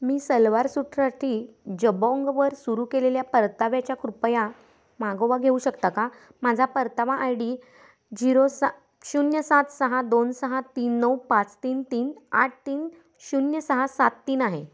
मी सलवार सुट्राटी जबाँगवर सुरू केलेल्या परताव्याच्या कृपया मागोवा घेऊ शकता का माझा परतावा आय डी झिरो सा शून्य सात सहा दोन सहा तीन नऊ पाच तीन तीन आठ तीन शून्य सहा सात तीन आहे